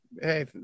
hey